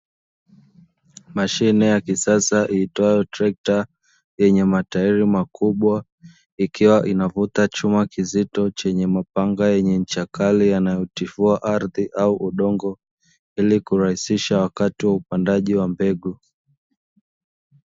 Mashine ya kisasa iitwayo Trekta yenye matairi makubwa, ikiwa inavuta chuma kizito chenye mapanga yenye ncha kali yanayotifua ardhi au udongo ili kurahisisha wakati wa upandaji wa mbegu.